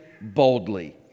boldly